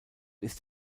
ist